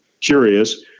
curious